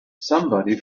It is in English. somebody